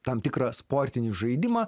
tam tikrą sportinį žaidimą